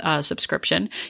subscription